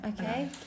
Okay